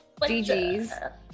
GGs